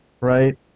right